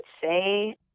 say